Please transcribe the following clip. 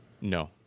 no